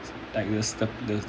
it's like the the the same thing